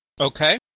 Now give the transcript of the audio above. Okay